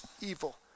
evil